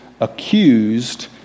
accused